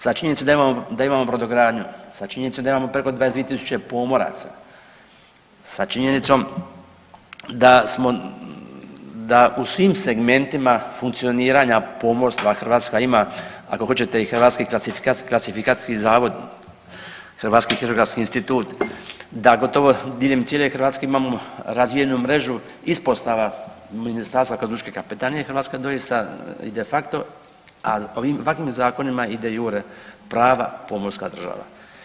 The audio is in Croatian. Sa činjenicom da imamo brodogradnju, sa činjenicom da imamo preko 22.000 pomoraca, sa činjenicom da smo, da u svim segmentima funkcioniranja pomorstva Hrvatska ima ako hoćete i Hrvatski klasifikacijski zavod, Hrvatski …/nerazumljivo/… institut, da gotovo diljem cijele Hrvatske imamo razvijenu mrežu ispostava ministarstva kao lučke kapetanije, Hrvatska doista i de facto a ovim ovakvim zakonima i de jure prava pomorska država.